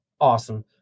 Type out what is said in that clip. awesome